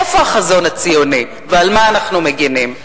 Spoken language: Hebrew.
איפה החזון הציוני, ועל מה אנחנו מגינים?